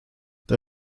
der